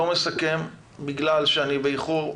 מסכם את הדיון בגלל שאנחנו באיחור.